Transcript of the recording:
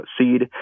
seed